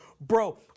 bro